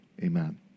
Amen